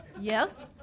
Yes